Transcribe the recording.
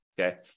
okay